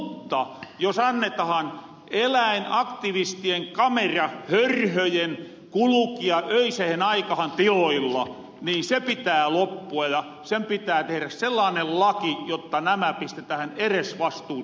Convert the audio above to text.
mutta jos annetahan eläinaktivistien kamerahörhöjen kulkia öisehen aikahan tiloilla niin sen pitää loppua ja pitää tehdä sellainen laki jotta nämä pistetähän eresvastuuseen